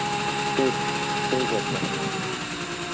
ठीक ठीक है सर